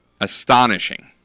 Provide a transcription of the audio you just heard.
astonishing